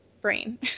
brain